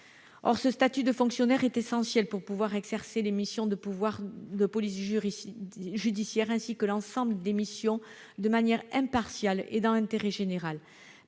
Or le statut de fonctionnaire est essentiel pour exercer les missions de police judiciaire, ainsi que l'ensemble des autres missions, de manière impartiale et dans l'intérêt général.